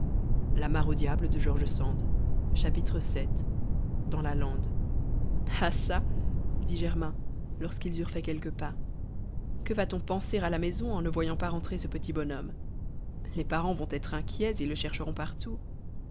vii dans la lande ah çà dit germain lorsqu'ils eurent fait quelques pas que va-t-on penser à la maison en ne voyant pas rentrer ce petit bonhomme les parents vont être inquiets et le chercheront partout